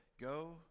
go